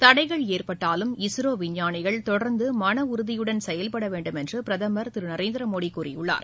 தடைகள் ஏற்பட்டாலும் இஸ்ரோ விஞ்ஞானிகள் தொடர்ந்து மன உறுதியுடன் செயல்பட வேண்டும் என்று பிரதமர் திரு நரேந்திர மோடி கூறியுள்ளார்